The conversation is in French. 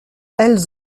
elles